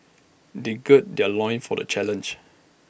they gird their loins for the challenge